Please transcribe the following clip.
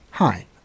Hi